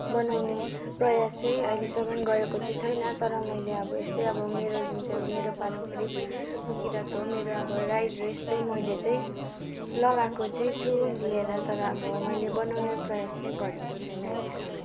बनाउने प्रयास चाहिँ अहिलेसम्म गरेको चाहिँ छैन तर मैले अब यस्तै अब मेरो जुन चाहिँ अब मेरो पारम्परिक म किरात हो मेरो अब राई ड्रेस मैले चाहिँ लगाएको चाहिँ छु लिएर तर अब मैले बनाउने प्रयास चाहिँ गरेको छैन अहिलेसम्म चाहिँ